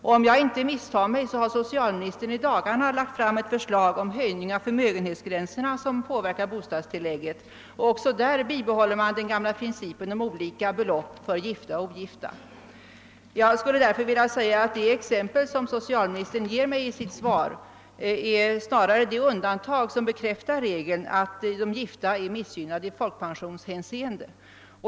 Och om jag inte misstar mig har socialministern i dagarna lagt fram ett förslag om höjning av förmögenhetsgränserna som påverkar bostadstillägget. Också där bibehåller man den gamla principen om olika belopp för gifta och ogifta. Jag skulle därför vilja säga att det exempel som socialministern ger mig i sitt svar snarare är det undantag som bekräftar regeln, att de gifta är missgynnade i folkpensionshänseende.